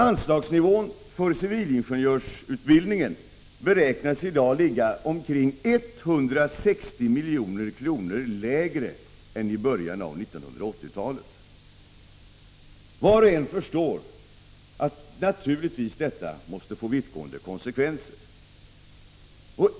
Anslagsnivån för civilingenjörsutbildningen beräknas i dag ligga omkring 160 milj.kr. lägre än i början av 1980-talet. Var och en förstår att detta naturligtvis måste få vittgående konsekvenser.